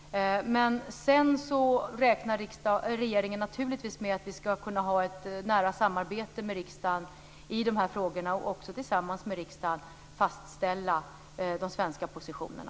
Regeringen räknar naturligtvis med att vi skall kunna ha ett nära samarbete med riksdagen i dessa frågor och att vi också tillsammans med riksdagen kan fastställa de svenska positionerna.